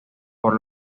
por